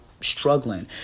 struggling